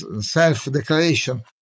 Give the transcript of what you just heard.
self-declaration